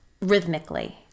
rhythmically